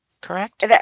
correct